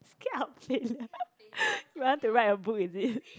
scared of failure you want to write a book is it